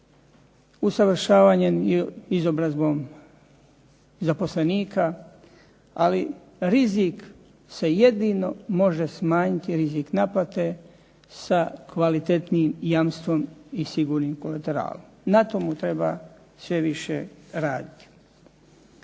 usavršavanjem i izobrazbom zaposlenika. Ali rizik se jedino može smanjiti rizik naplate sa kvalitetnijim jamstvom i sigurnim koretelarom. Na tome treba sve više raditi.